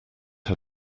had